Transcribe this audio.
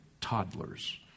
toddlers